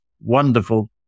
wonderful